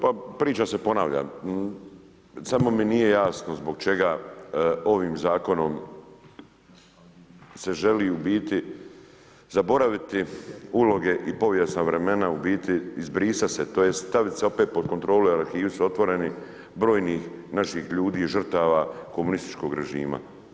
Pa priča se ponavlja, samo mi nije jasno zbog čega ovim zakonom se želi u biti zaboraviti uloge i povijesna vremena u biti izbrisati se, tj. staviti se opet pod kontrole, arhivi su otvoreni brojnih naših ljudi i žrtava komunističkog režima.